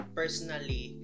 personally